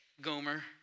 Gomer